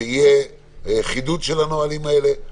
שיהיה חידוד של הנהלים האלה.